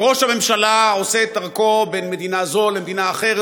וראש הממשלה עושה את דרכו בין מדינה זו למדינה אחרת,